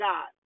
God